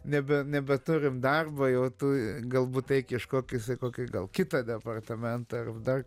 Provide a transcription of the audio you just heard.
nebe nebeturim darbo jau tu galbūt eik ieškokis į kokį gal kitą departamentą ar dar